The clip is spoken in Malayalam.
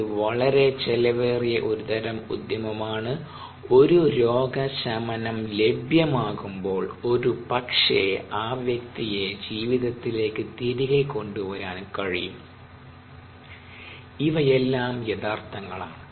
ഇത് വളരെ ചെലവേറിയ ഒരു തരം ഉദ്യമം ആണ് ഒരു രോഗ ശമനം ലഭ്യമാകുമ്പോൾ ഒരുപക്ഷേ ആ വ്യക്തിയെ ജീവിതത്തിലേക്ക് തിരികെ കൊണ്ടുവരാൻ കഴിയും ഇവയെല്ലാം യഥാർത്ഥങ്ങളാണ്